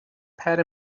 pad